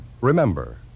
Remember